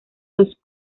los